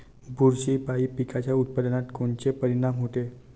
बुरशीपायी पिकाच्या उत्पादनात कोनचे परीनाम होते?